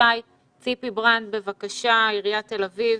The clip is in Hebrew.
ציפי ברנד, עיריית תל אביב,